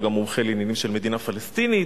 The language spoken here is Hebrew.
הוא גם מומחה לעניינים של מדינה פלסטינית,